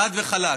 חד וחלק.